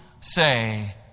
say